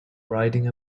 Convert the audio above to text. riding